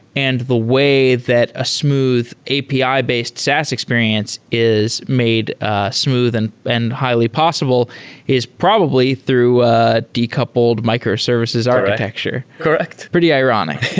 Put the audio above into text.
and the way that a smooth api-based saas experience is made ah smooth and and highly possible is probably through ah decoupled microservices ah correct pretty ironic. yeah.